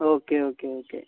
okay okay okay